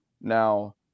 now